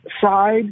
side